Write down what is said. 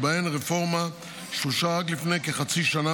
ובהן רפורמה שאושרה רק לפני כחצי שנה